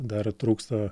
dar trūksta